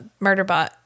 Murderbot